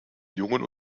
jungen